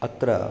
अत्र